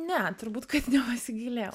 ne turbūt kad nepasigailėjau